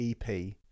EP